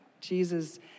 Jesus